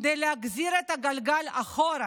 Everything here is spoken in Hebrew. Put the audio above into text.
כדי להחזיר את הגלגל אחורה,